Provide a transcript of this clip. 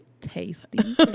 tasty